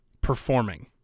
performing